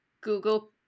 google